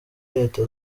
leta